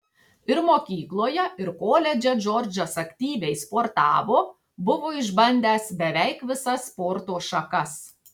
ir mokykloje ir koledže džordžas aktyviai sportavo buvo išbandęs beveik visas sporto šakas